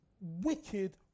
wicked